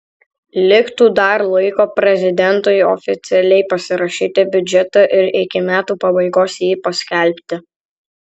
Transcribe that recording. liktų dar laiko prezidentui oficialiai pasirašyti biudžetą ir iki metų pabaigos jį paskelbti